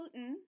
Putin